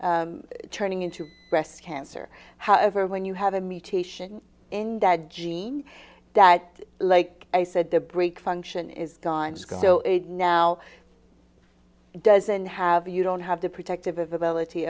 from turning into breast cancer however when you have a mutation in that gene that like i said the break function is gone so now it doesn't have you don't have the protective ability